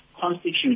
constitute